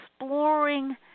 exploring